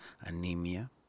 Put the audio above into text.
anemia